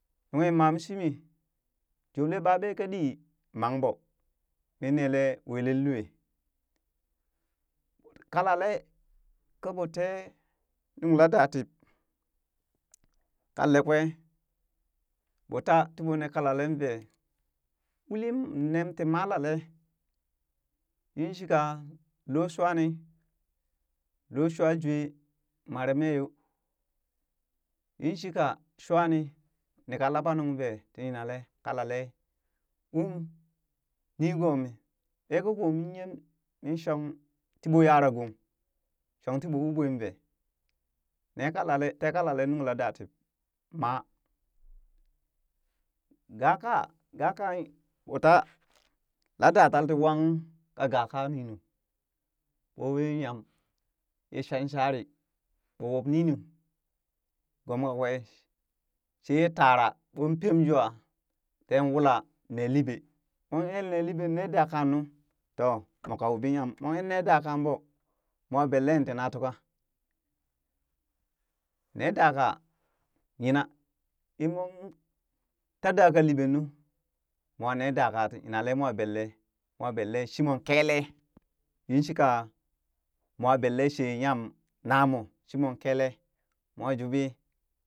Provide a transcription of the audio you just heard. Nunghi mam shimii jubli ɓaa ɓee kaa ɗii mang ɓoo min nelee welee loo. Kalale ka ɓoo te nuŋ laa da tib kalle kwee ɓoo tee tiɓoo nee kalalen vee, uli nem tii malale yinshika looshuwani loo shuwajwe mare mee yoo yinshika shwa nii nii ka laɓa nuŋ vee tii yilee kalale um nigoomii ɓee koo min yem mi shon ti ɓoo yara shong tii ɓoo uɓooh vee nee kalale tee kalalee nuŋ la datib maa, gaa ƙaa gaa kaa in ɓoo taa laa da tal tii wan ung ka gaa kaah nunu ɓoo wii ye nyam yee shanshanri ɓo wub ninu gom kakwee shee yee tara ɓon pem jwaaa tee wula nee liɓee mor ne liɓe ne da kaa nu, to moka wuɓi nyam mon er ni daa kaa ɓo, mwa belle ti na tuka, nee dakaa yinaa in moon ta da ka liɓee nu moo ne daa ka ti yinale mwa benle mwa belle shimon kelee yin shika moo belle shee nyam na moo shimoon kelee mowa jubii